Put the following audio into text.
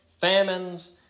famines